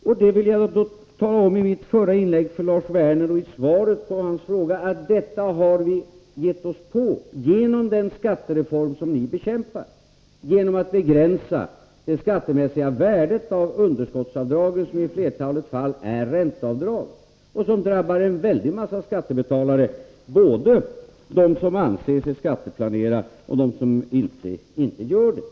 I mitt förra inlägg och i svaret på Lars Werners fråga ville jag tala om för Lars Werner, att detta har vi angripit genom den skattereform som ni bekämpar, genom att begränsa det skattemässiga värdet av underskottsavdragen, som i flertalet fall är ränteavdrag och som drabbar en väldig massa skattebetalare — både dem som anser sig skatteplanera och dem som inte gör det.